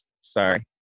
Sorry